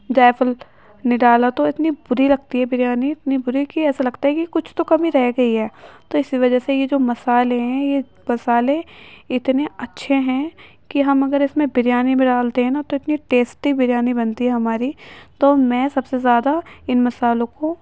جائفل نہیں ڈالا تو اتنی بری لگتی ہے بریانی اتنی بری کہ ایسا لگتا ہے کہ کچھ تو کمی رہ گئی ہے تو اسی وجہ سے یہ جو مصالحے ہیں یہ مصالحے اتنے اچّھے ہیں کہ ہم اگر اس میں بریانی میں ڈالتے ہیں نا تو اتنی ٹیسٹی بریانی بنتی ہماری تو میں سب سے زیادہ ان مصالحوں کو